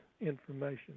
information